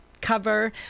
cover